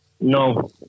No